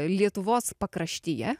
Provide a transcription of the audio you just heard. lietuvos pakraštyje